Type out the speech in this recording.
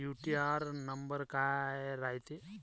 UTR number काय रायते?